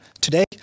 Today